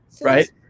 Right